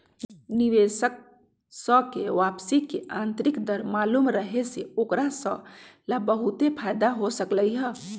निवेशक स के वापसी के आंतरिक दर मालूम रहे से ओकरा स ला बहुते फाएदा हो सकलई ह